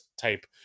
type